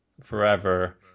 forever